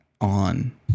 on